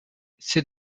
ces